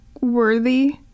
worthy